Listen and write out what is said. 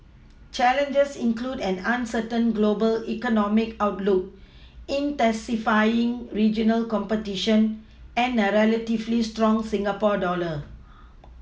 challenges include an uncertain global economic outlook intensifying regional competition and a relatively strong Singapore dollar